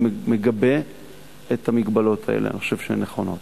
אני מגבה את ההגבלות האלה, אני חושב שהן נכונות.